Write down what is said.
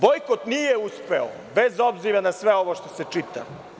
Bojkot nije uspeo, bez obzira na sve ovo što se čita.